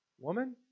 Woman